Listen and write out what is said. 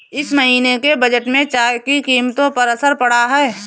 इस महीने के बजट में चाय की कीमतों पर असर पड़ा है